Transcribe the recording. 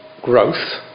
growth